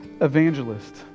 evangelist